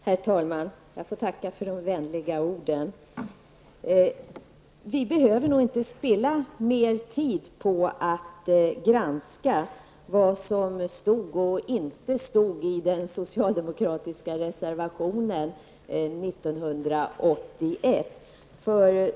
Herr talman! Jag får tacka för de vänliga orden. Vi behöver nog inte spilla mer tid på att granska vad som stod och vad som inte stod i den socialdemokratiska reservationen år 1981.